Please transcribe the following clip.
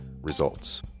Results